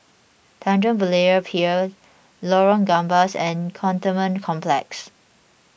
Tanjong Berlayer Pier Lorong Gambas and Cantonment Complex